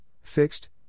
fixed